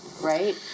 Right